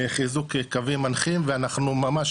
חיזוק קווים מנחים ואנחנו ממש,